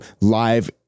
live